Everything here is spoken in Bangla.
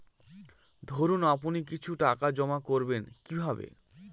ধরুন আপনি কিছু টাকা জমা করবেন কিভাবে?